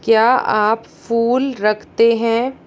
क्या आप फूल रखते हैं